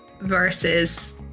versus